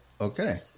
Okay